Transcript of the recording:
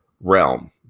realm